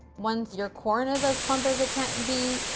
once your corn is as plump as it can be,